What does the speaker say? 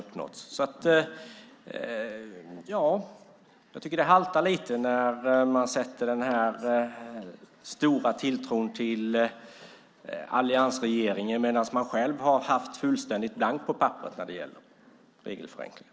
Jag tycker att det haltar lite när man sätter den stora tilltron till alliansregeringen medan man själv har haft fullständigt blankt på papperet när det gäller regelförenklingar.